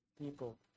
people